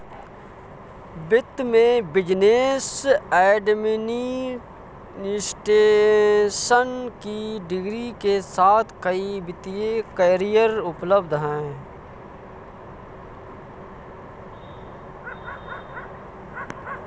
वित्त में business administration की डिग्री के साथ कई वित्तीय करियर उपलब्ध हैं